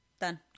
Done